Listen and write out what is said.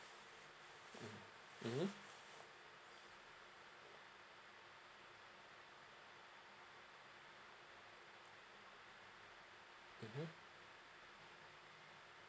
mmhmm mmhmm